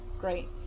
great